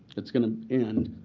it's going to end.